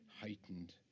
heightened